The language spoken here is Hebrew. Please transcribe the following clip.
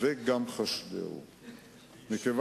כבר